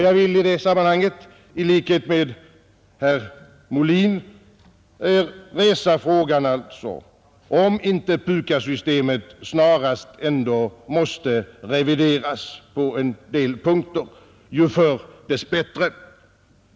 Jag vill i det sammanhanget i likhet med herr Molin resa frågan om inte PUKAS-systemet snarast ändå måste revideras på en del punkter, ju förr dess bättre.